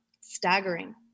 Staggering